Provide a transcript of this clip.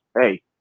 Hey